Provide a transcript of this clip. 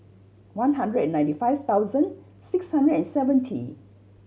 one hundred and ninety five thousand six hundred and seventy